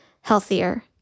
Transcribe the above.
healthier